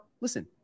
Listen